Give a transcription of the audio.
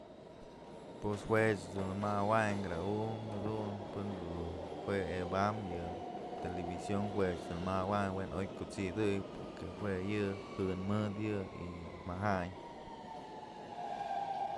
Pues juëch dun nawamayn kra unkë pën jedun jue ebam yë television juech nëmawayn we'en oy kyusidëy porque jue yë jën mëd yë y majandyë.